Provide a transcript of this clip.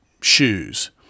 shoes